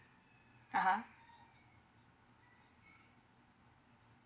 uh !huh!